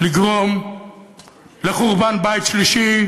לגרום לחורבן בית שלישי.